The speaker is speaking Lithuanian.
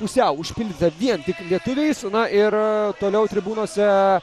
pusiau užpildyta vien tik lietuviais na ir toliau tribūnose